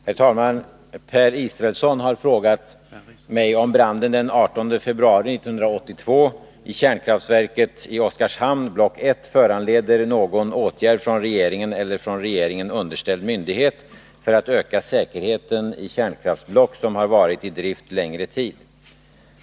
Herr talman! Per Israelsson har frågat mig om branden den 18 februari 1982 i kärnkraftverket i Oskarshamn, block 1, föranleder någon åtgärd från regeringen eller från regeringen underställd myndighet för att öka säkerheten i kärnkraftsblock som har varit i drift längre tid.